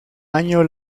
año